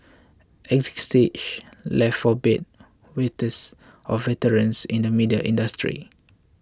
exit stage left for bed wetters or veterans in the media industry